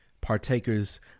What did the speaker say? partakers